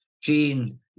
gene